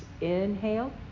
Inhale